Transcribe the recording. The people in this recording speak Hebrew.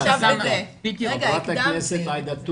חברת הכנסת עאידה תומא,